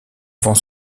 avant